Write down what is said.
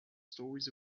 stories